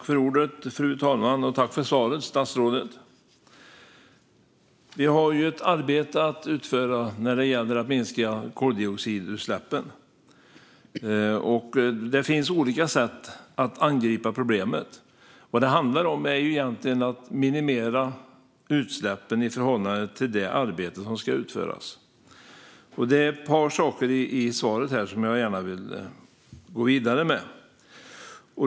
Fru talman! Tack, statsrådet, för svaret! Vi har ett arbete att utföra när det gäller att minska koldioxidutsläppen. Det finns olika sätt att angripa problemet. Vad det handlar om är egentligen att minimera utsläppen i förhållande till det arbete som ska utföras. Det är ett par saker i svaret som jag gärna vill gå vidare med.